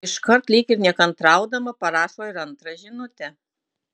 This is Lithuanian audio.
iškart lyg nekantraudama parašo ir antrą žinutę